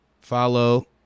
follow